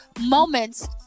moments